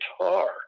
guitar